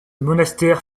monastère